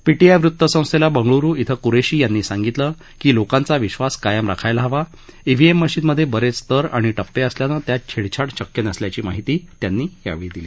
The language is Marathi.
पीटीआय वृतसंस्थेला बंगळुरु इथं क्रेशीनं सांगितलं की लोकांचा विश्वास कायम राखायला हवा ईव्हीएम मशीनमधे बरेच स्तर टप्पे असल्यानं त्यात छेडछाड शक्य नसल्याची माहिती त्यांनी दिली